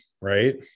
Right